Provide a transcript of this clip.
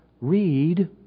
read